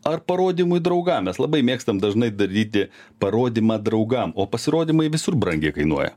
ar parodymui draugam mes labai mėgstam dažnai daryti parodymą draugam o pasirodymai visur brangiai kainuoja